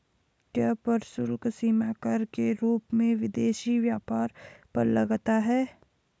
क्या प्रशुल्क सीमा कर के रूप में विदेशी व्यापार पर लगता है?